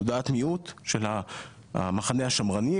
דעת מיעוט של המחנה השמרני,